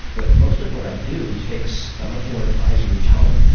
but most of what i do takes a much more advisory tone.